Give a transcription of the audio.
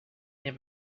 nie